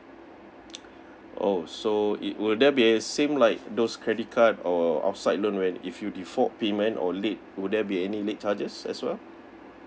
oh so it will there be a same like those credit card or outside loan right if you default payment or late will there be any late charges as well